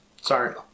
Sorry